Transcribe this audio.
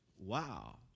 wow